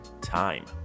time